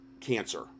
cancer